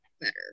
better